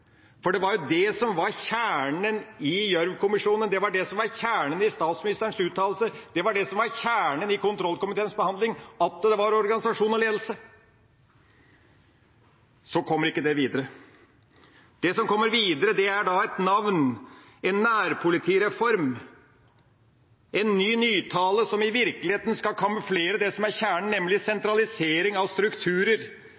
For det var jo det som var kjernen i Gjørv-kommisjonens rapport, det var det som var kjernen i statsministerens uttalelse, det var det som var kjernen i kontrollkomiteens behandling – at det var organisasjon og ledelse. Så kommer ikke det videre. Det som kommer videre, er et navn, en nærpolitireform, en ny tale, som i virkeligheten skal kamuflere det som er kjernen, nemlig sentralisering av strukturer,